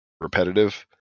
repetitive